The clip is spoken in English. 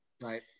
Right